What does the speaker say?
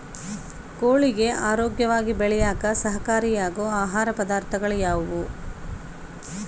ಕೋಳಿಗೆ ಆರೋಗ್ಯವಾಗಿ ಬೆಳೆಯಾಕ ಸಹಕಾರಿಯಾಗೋ ಆಹಾರ ಪದಾರ್ಥಗಳು ಯಾವುವು?